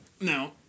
now